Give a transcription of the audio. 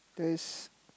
there's